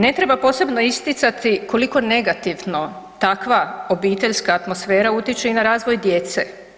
Ne treba posebno isticati koliko negativno takva obiteljska atmosfera utječe i na razvoj djece.